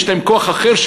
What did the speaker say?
יש להם כוח אחר,